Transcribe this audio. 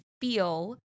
feel